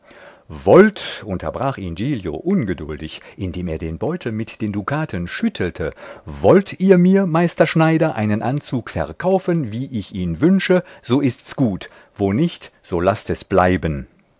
wollt unterbrach ihn giglio ungeduldig indem er den beutel mit den dukaten schüttelte wollt ihr mir meister schneider einen anzug verkaufen wie ich ihn wünsche so ist's gut wo nicht so laßt es bleiben